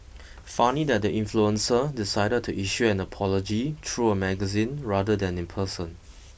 funny that the influencer decided to issue an apology through a magazine rather than in person